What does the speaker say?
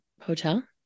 hotel